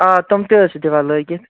آ تِم تہِ حظ چھِ دِوان لٲگِتھ